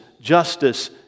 justice